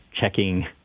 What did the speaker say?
checking